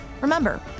Remember